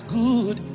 good